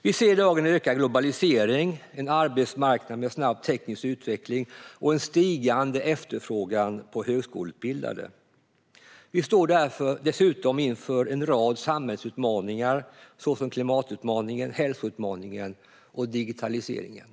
Vi ser i dag en ökad globalisering, en arbetsmarknad med snabb teknisk utveckling och en stigande efterfrågan på högskoleutbildade. Vi står dessutom inför en rad samhällsutmaningar, såsom klimatutmaningen, hälsoutmaningen och digitaliseringen.